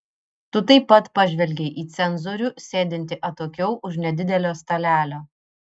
tu taip pat pažvelgei į cenzorių sėdintį atokiau už nedidelio stalelio